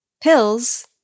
pills